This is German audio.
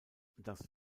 das